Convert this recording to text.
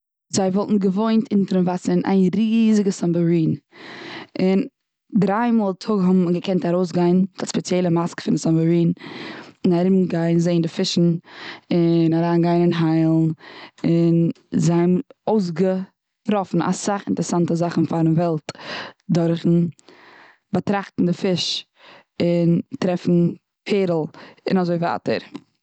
זיי וואלטן געוואוינט אינטערן וואסער און איין ריזיגע סובמערין. און דריי מאל א טאג האט מען געקענט ארויס גיין מיט א ספעציעלע מאסק. און ארום גיין זעהן די פישן און אריין גיין און היילן. און זיי האבן אויסגעטראפן אסאך אינטערסאנטע זאכן פארן וועלט. דורכן באטראכטן די פיש. און טרעפן פערל. און אזוי ווייטער.